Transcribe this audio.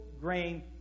grain